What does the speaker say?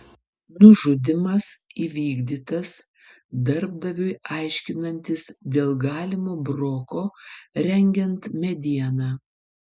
nužudymas įvykdytas darbdaviui aiškinantis dėl galimo broko rengiant medieną